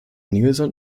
nielson